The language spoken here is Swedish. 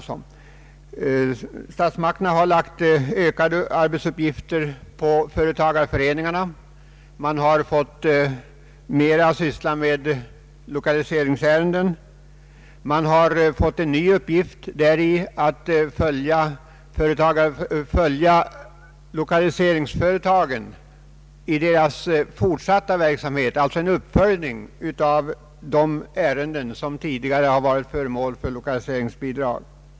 Statsmakterna har lagt ökade arbetsuppgifter på företagareföreningarna, bl.a. lokaliseringsärenden. En ny uppgift består däri att föreningarna skall göra en uppföljning beträffande utvecklingen i de företag som tidigare har fått lokaliseringsbidrag.